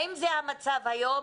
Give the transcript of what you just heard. האם זה המצב היום?